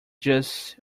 just